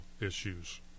issues